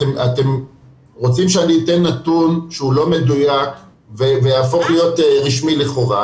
אתם רוצים שאני אתן נתון שהוא לא מדויק ויהפוך להיות רשמי לכאורה.